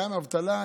גם אבטלה,